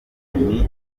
uwanyuma